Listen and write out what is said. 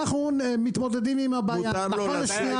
אנחנו מדברים על הגגות הדו-שימושיים זה החזון שלכם,